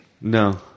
No